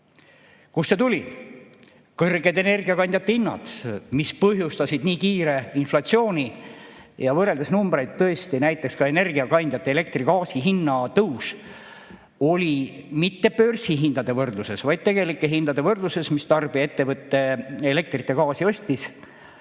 Kust see tuli? Kõrged energiakandjate hinnad põhjustasid nii kiire inflatsiooni. Võrreldes numbreid me tõesti [näeme], et näiteks energiakandjate, elektri ja gaasi hinna tõus oli mitte börsihindade võrdluses, vaid tegelike hindade võrdluses, millega tarbijaettevõte elektrit ja gaasi ostis,